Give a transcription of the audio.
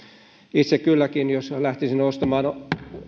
itse kylläkin jos lähtisin ostamaan